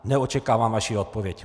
Neočekávám vaši odpověď.